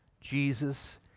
Jesus